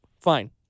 Fine